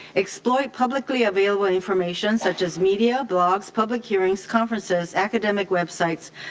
exploit publicly available information such as media, blogs, public hearings, conferences, academic websites,